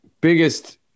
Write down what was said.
biggest